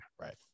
right